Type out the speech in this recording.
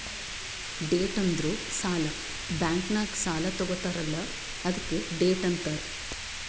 debt ಅಂದುರ್ ಸಾಲ, bank ನಾಗ್ ಸಾಲಾ ತಗೊತ್ತಾರ್ ಅಲ್ಲಾ ಅದ್ಕೆ ಡೆಟ್ ಅಂತಾರ್